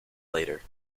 later